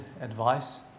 advice